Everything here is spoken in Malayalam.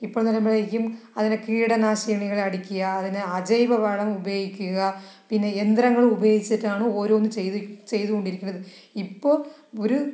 ഇപ്പോഴെന്ന് പറയുമ്പോഴേക്കും അതിനെ കിടനാശിനികള് അടിക്കുക അതിനെ അജൈവ വളം ഉപയോഗിക്കുക പിന്നെ യന്ത്രങ്ങൾ ഉപയോഗിച്ചിട്ടാണ് ഓരോന്നും ചെയ്തി ചെയ്തുകൊണ്ടിരിക്കുന്നത് ഇപ്പോൾ ഒരു